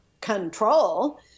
control